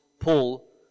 Paul